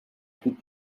trug